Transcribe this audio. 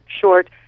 short